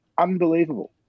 Unbelievable